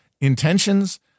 intentions